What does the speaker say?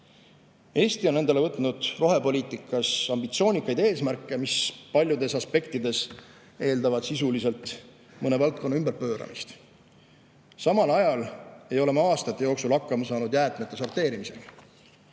Eesti on endale võtnud rohepoliitikas ambitsioonikaid eesmärke, mis paljudes aspektides eeldavad sisuliselt mõne valdkonna ümberpööramist. Samal ajal ei ole me aastate jooksul hakkama saanud jäätmete sorteerimisega.